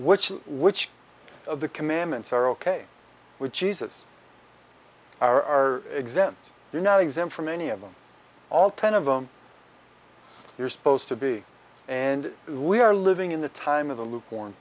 which is which of the commandments are ok with jesus are exempt you're not exempt from any of them all ten of them you're supposed to be and we are living in the time of the lukewarm